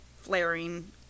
flaring